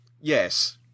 yes